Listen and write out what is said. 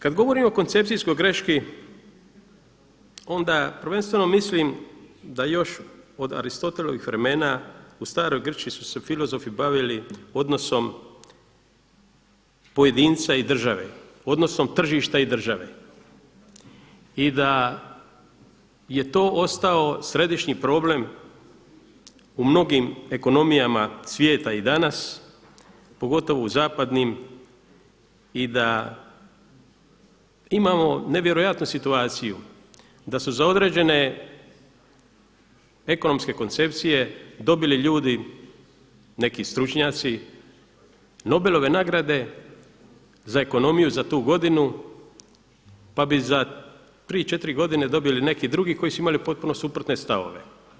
Kada govorimo o koncepcijskoj greški onda prvenstveno mislim da još od Aristotelovih vremena u staroj Grčkoj su se filozofi bavili odnosom pojedinca i države, odnosno tržišta i države i da je to ostao središnji problem u mnogim ekonomijama svijeta i danas pogotovo u zapadnim i da imamo nevjerojatnu situaciju da su za određene ekonomske koncepcije dobili ljudi, neki stručnjaci Nobelove nagrade za ekonomiju za tu godinu pa bi za 3, 4 godine dobili neki drugi koji su imali potpuno suprotne stavove.